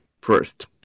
First